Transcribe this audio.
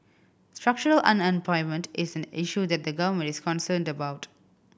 structural unemployment is an issue that the Government is concerned about